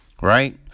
Right